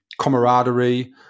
camaraderie